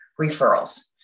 referrals